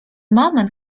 moment